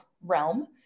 realm